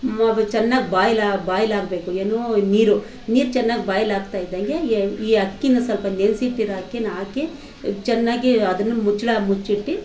ಅದು ಚೆನ್ನಾಗಿ ಬಾಯ್ಲಾಗ ಬಾಯ್ಲಾಗ್ಬೇಕು ಏನು ನೀರು ನೀರು ಚೆನ್ನಾಗಿ ಬಾಯ್ಲಾಗ್ತಾಯಿದ್ದಂಗೆ ಏ ಈ ಅಕ್ಕಿನ ಸ್ವಲ್ಪ ನೆನೆಸಿಟ್ಟಿರೋ ಅಕ್ಕಿನ ಹಾಕಿ ಚೆನ್ನಾಗಿ ಅದನ್ನು ಮುಚ್ಚಳ ಮುಚ್ಚಿಟ್ಟು